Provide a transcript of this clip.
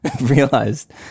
realized